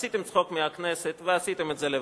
עשיתם צחוק מהכנסת, ועשיתם את זה לבד.